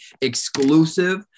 exclusive